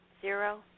Zero